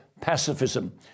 pacifism